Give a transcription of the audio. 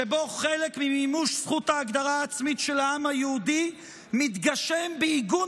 שבו חלק ממימוש זכות ההגדרה העצמית של העם היהודי מתגשם בעיגון